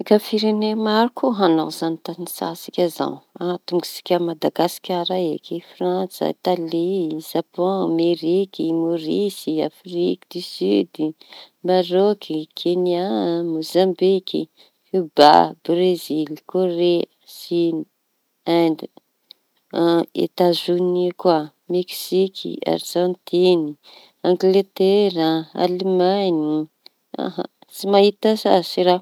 Resaky firene maro ko añao izañy da resahantsika zao atomboksika amin' Madagasikara eky, Frantsa, italy, zapon, Ameriky, i Môrisy, afriky dy sidy, Marôky, Kenya, Môzambiky, da Brezily, Korea, Sin, Endi, an- Etazony koa, Meksiky, Arzantiny, Angletera, Alimaiñy tsy mahita sasy raho.